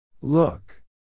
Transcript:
Look